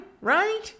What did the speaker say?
right